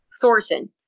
Thorson